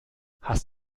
hast